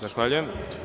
Zahvaljujem.